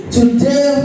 Today